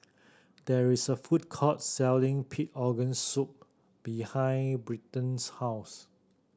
there is a food court selling pig organ soup behind Britton's house